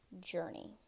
journey